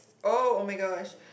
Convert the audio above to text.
oh oh-my-gosh